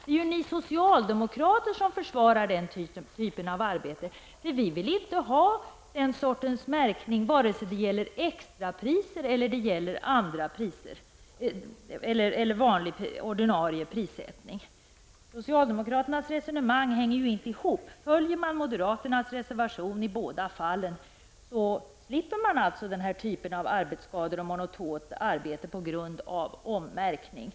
Det är ni socialdemokrater som här försvarar den typen av arbete. Vi vill inte ha den sortens märkning vare sig det gäller extrapriser eller vanliga priser. Socialdemokraternas resonemang hänger inte ihop. Följer man moderaternas reservation i båda fallen slipper man denna typ av arbetsskador och monotont arbete på grund av ommärkning.